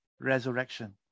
Resurrection